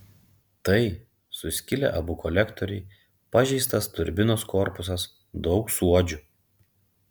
tai suskilę abu kolektoriai pažeistas turbinos korpusas daug suodžių